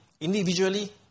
Individually